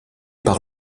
par